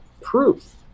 proof